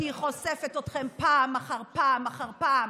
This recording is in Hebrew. כי היא חושפת אתכם פעם אחר פעם אחר פעם